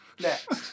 Next